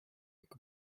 ikka